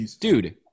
dude